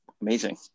amazing